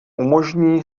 umožní